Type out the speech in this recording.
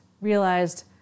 realized